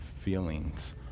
Feelings